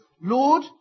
Lord